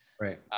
right